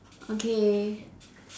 okay